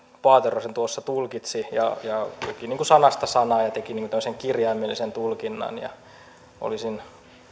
paatero sen tuossa tulkitsi luki sanasta sanaan ja teki tämmöisen kirjaimellisen tulkinnan olisin